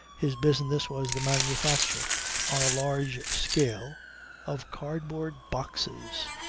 his business was the manufacture on a large scale of cardboard boxes.